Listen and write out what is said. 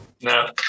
No